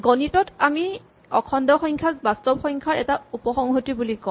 গণিতত আমি অখণ্ড সংখ্যাক বাস্তৱ সংখ্যাৰ এটা উপসংহতি বুলি কওঁ